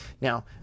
Now